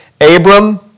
Abram